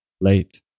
late